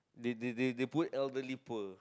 they they they they put elderly poor